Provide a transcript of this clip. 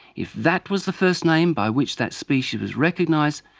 if that was the first name by which that species was recognised,